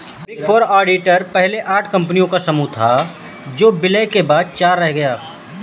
big four auditors पहले आठ कंपनियों का समूह था जो विलय के बाद चार रह गया